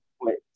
Wait